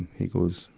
he goes,